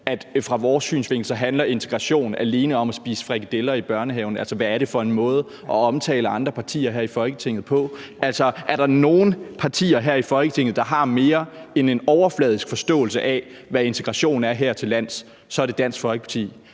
set fra vores synsvinkel alene handler om at spise frikadeller i børnehaven. Hvad er det for en måde at omtale andre partier her i Folketinget på? Er der nogen partier her i Folketinget, der har mere end en overfladisk forståelse af, hvad integrationen er hertillands, så er det Dansk Folkeparti,